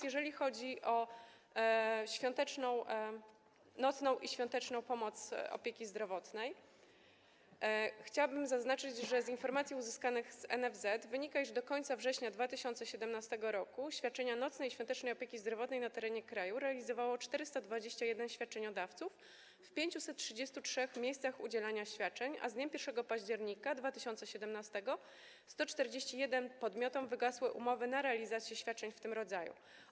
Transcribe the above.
Jeżeli chodzi o nocną i świąteczną pomoc opieki zdrowotnej, chciałabym zaznaczyć, że z informacji uzyskanych z NFZ wynika, iż do końca września 2017 r. świadczenia nocnej i świątecznej opieki zdrowotnej na terenie kraju realizowało 421 świadczeniodawców w 533 miejscach udzielania świadczeń, a z dniem 1 października 2017 r. 141 podmiotom wygasły umowy na realizację świadczeń w tym rodzaju.